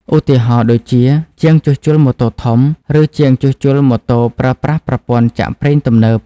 ឧទាហរណ៍ដូចជាជាងជួសជុលម៉ូតូធំ ឬជាងជួសជុលម៉ូតូប្រើប្រាស់ប្រព័ន្ធចាក់ប្រេងទំនើប។